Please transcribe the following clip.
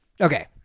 Okay